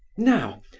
now,